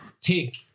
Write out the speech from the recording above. take